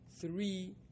three